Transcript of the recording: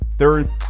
Third